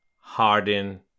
Harden